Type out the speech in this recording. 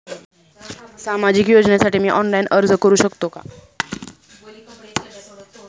सामाजिक योजनेसाठी मी ऑनलाइन अर्ज करू शकतो का?